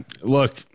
look